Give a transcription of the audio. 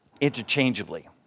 interchangeably